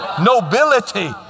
nobility